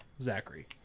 Zachary